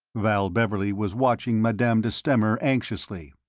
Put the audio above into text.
val beverley was watching madame de stamer anxiously,